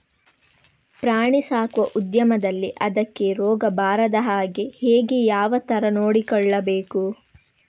ಪ್ರಾಣಿ ಸಾಕುವ ಉದ್ಯಮದಲ್ಲಿ ಅದಕ್ಕೆ ರೋಗ ಬಾರದ ಹಾಗೆ ಹೇಗೆ ಯಾವ ತರ ನೋಡಿಕೊಳ್ಳಬೇಕು?